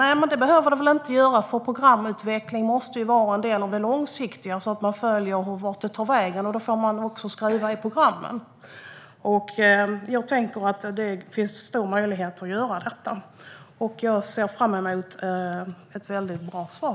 Nej, det behöver de väl inte göra, för programutvecklingen måste ju vara en del av det långsiktiga, så att man följer vart det tar vägen. Då får man också skruva i programmen. Det finns stora möjligheter att göra detta. Jag ser fram emot ett väldigt bra svar.